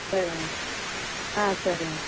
சரிங்க ஆ சரிங்க